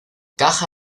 caja